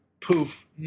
poof